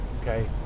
Okay